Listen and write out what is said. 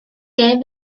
gêm